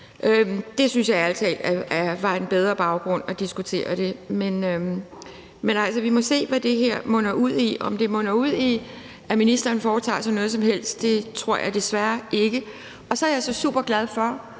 Det synes jeg ærlig talt var en bedre baggrund at diskutere det på, men altså, vi må se, hvad det her munder ud i. At det munder ud i, at ministeren foretager sig noget som helst, tror jeg desværre ikke. Og så er jeg så superglad for,